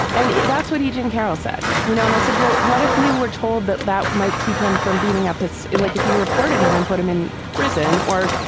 and that's what eugene carroll said, you know, and i said, well, what if you were told that that might keep him from beating up his. it's like if you reported him and put him in prison or,